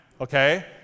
okay